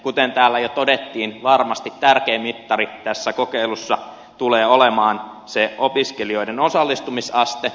kuten täällä jo todettiin varmasti tärkein mittari tässä kokeilussa tulee olemaan se opiskelijoiden osallistumisaste